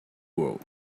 world